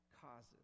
causes